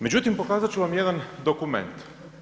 Međutim, pokazat ću vam jedan dokument.